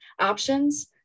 options